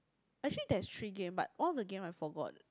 actually there is three game but one of the game I forgot